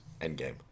Endgame